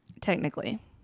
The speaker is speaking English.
technically